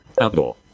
outdoor